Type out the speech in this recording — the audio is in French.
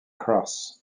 cross